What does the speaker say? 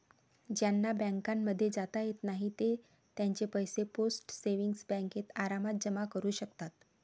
ज्यांना बँकांमध्ये जाता येत नाही ते त्यांचे पैसे पोस्ट सेविंग्स बँकेत आरामात जमा करू शकतात